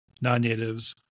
non-natives